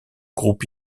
groupe